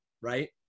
Right